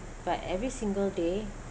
but every single day